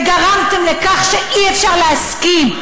וגרמתם לך שאי-אפשר להסכים.